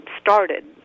started